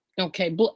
okay